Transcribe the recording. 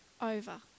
over